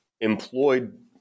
employed